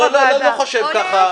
או להיפך.